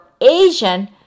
Asian